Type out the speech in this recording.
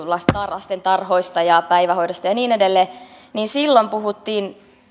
lastentarhoista ja päivähoidosta ja niin edelleen ja näin miellettiin varhaiskasvatus silloin puhuttiin